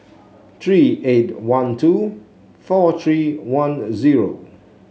three eight one two four three one zero